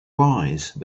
wise